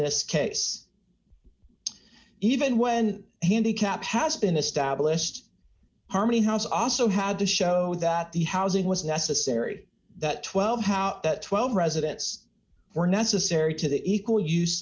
this case even when he kept has been established harmony house also had to show that the housing was necessary that twelve how that twelve residents were necessary d to the equal use